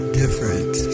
different